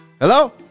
hello